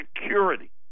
Security